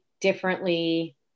differently